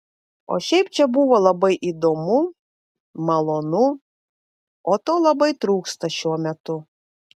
o šiaip čia buvo labai įdomu malonu o to labai trūksta šiuo metu